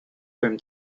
swim